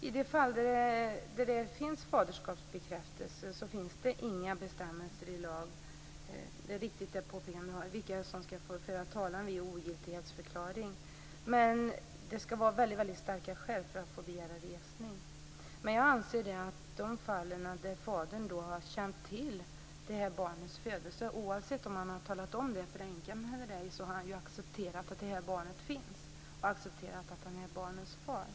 Fru talman! I de fall där det finns faderskapsbekräftelse finns det inga bestämmelser i lag om vilka som skall få föra talan vid ogiltighetsförklaring. Det påpekandet är riktigt. Men det skall vara mycket starka skäl för att få begära resning. Jag anser att i de fall där fadern har känt till barnets födelse, oavsett om han har talat om det för änkan eller ej, har han accepterat att det här barnet finns och att han är barnets far.